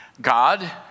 God